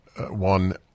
one